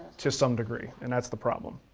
to some degree and that's the problem.